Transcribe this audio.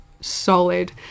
solid